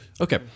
Okay